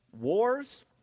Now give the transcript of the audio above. Wars